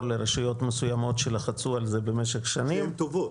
לרשויות מסוימות שלחצו על זה במשך שנים -- שהן טובות.